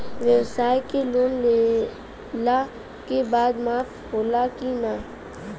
ब्यवसाय के लोन लेहला के बाद माफ़ होला की ना?